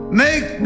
make